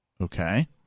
Okay